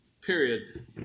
period